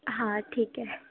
ہاں ٹھیک ہے